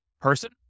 person